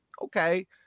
Okay